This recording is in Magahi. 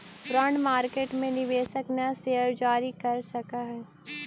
बॉन्ड मार्केट में निवेशक नया शेयर जारी कर सकऽ हई